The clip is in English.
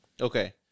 Okay